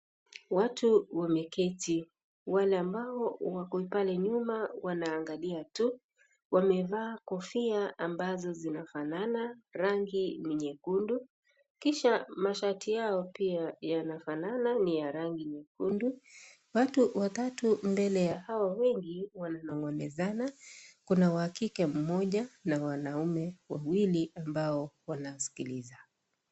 Watu wameketi wale ambao wako pale nyuma wanaangalia tu. Wamevaa kofia ambazo zinafanana rangi ni nyekundu, kisha mashati yao pia yanafanana ni ya rangi nyekundu, watu watatu mbele ya hao wengi wananongonezana kuna wa kike mmoja na wanaume wawili ambao wanamsikiliza.